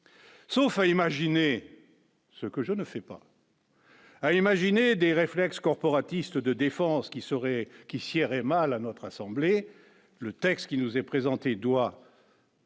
Sauf à imaginer ce que je ne fais pas. à imaginer des réflexes corporatistes de défense qui serait qui Sierre et mal à notre assemblée, le texte qui nous est présenté doit.